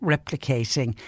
replicating